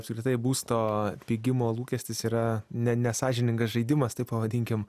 apskritai būsto pigimo lūkestis yra ne nesąžiningas žaidimas taip pavadinkim